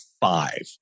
five